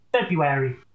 February